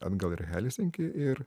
atgal ir į helsinkį ir